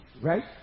right